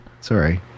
sorry